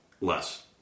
Less